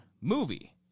movie